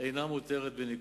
אינה מותרת בניכוי".